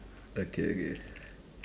okay okay